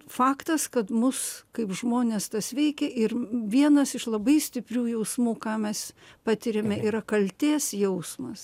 faktas kad mus kaip žmones tas veikia ir vienas iš labai stiprių jausmų ką mes patiriame yra kaltės jausmas